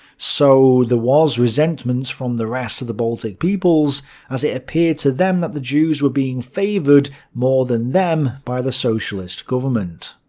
so there was resentment from the rest of the baltic peoples as it appeared to them that the jews were being favoured more than them by the socialist government.